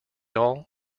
all